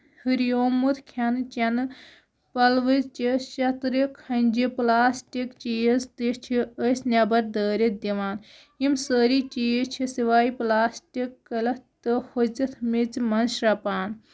ہُریومُت کھٮ۪ن چینہٕ پلوٕچہِ شَیترِکۍ کھنجہِ پٔلاسٹِک چیٖز تہِ چھِ أسۍ نیبر دٲرِتھ دِوان یِم سٲری چیٖز چھِ سِواے پٔلاسٹِک غلط تہٕ ہوٚژِتھ میٚژِ منٛز شرٛپان